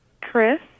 Chris